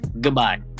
Goodbye